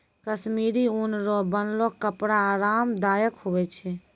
कश्मीरी ऊन रो बनलो कपड़ा आराम दायक हुवै छै